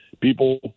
people